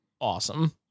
awesome